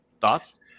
Thoughts